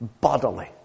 bodily